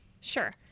Sure